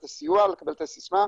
נחמה,